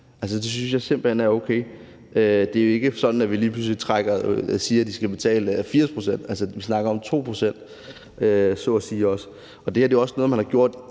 det synes jeg simpelt hen er okay. Det er jo ikke sådan, at vi lige pludselig siger, at de skal betale 80 pct. Vi snakker om 2 pct. Det her er jo også noget, man har gjort